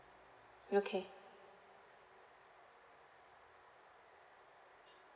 okay